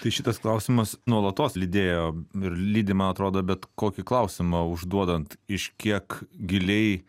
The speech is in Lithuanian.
tai šitas klausimas nuolatos lydėjo ir lydi man atrodo bet kokį klausimą užduodant iš kiek giliai